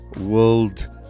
world